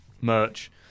merch